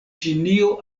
ĉinio